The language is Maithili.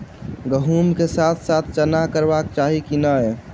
गहुम केँ साथ साथ चना करबाक चाहि की नै?